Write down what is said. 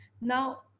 Now